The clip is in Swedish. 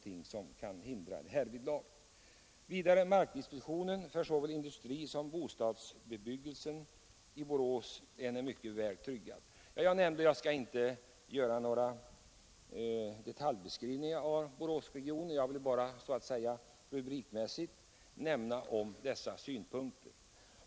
I Borås är tillika markdispositionen för såväl industrisom bostadsbebyggelse väl tryggad. Jag skall alltså inte ge någon detaljbeskrivning av Boråsregionen. Jag vill bara så att säga rubrikmässigt nämna dessa synpunkter.